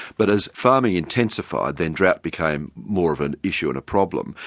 but as farming intensified, then drought became more of an issue and a problem.